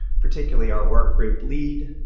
particularly our workgroup lead,